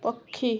ପକ୍ଷୀ